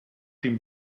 dem